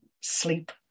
sleep